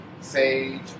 sage